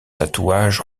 tatouage